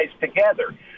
together